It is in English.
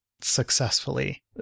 successfully